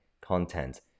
content